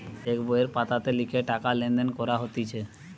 check বইয়ের পাতাতে লিখে টাকা লেনদেন করা হতিছে